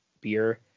beer